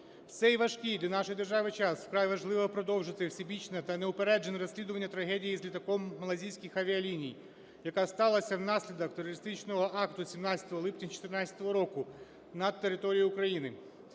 В цей важкий для нашої держави час вкрай важливо продовжити всебічне та неупереджене розслідування трагедії з літаком Малайзійських авіаліній, яка сталася внаслідок терористичного акту 17 липня 14-го року на території України.